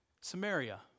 Samaria